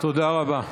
תודה רבה.